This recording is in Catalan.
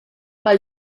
pel